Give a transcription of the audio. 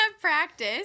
practice